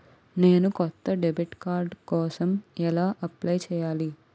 నేను కొత్త debit card కోసం ఎలా అప్లయ్ చేయాలి?